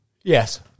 Yes